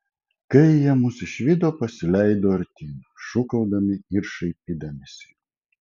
kai jie mus išvydo pasileido artyn šūkaudami ir šaipydamiesi